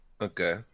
Okay